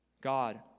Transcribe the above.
God